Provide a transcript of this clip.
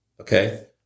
Okay